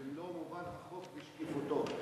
במלוא מובן החוק ושקיפותו.